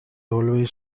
always